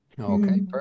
Okay